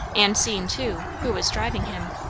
and seen, too, who was driving him.